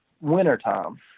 wintertime